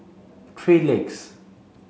three Legs